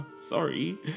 sorry